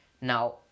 Now